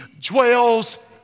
dwells